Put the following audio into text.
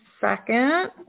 second